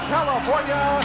California